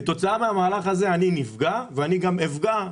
כתוצאה מהמהלך הזה אני נפגע ואפגע,